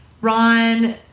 Ron